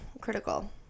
critical